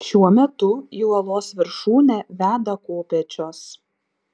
šiuo metu į uolos viršūnę veda kopėčios